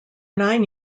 nine